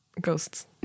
ghosts